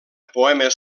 poemes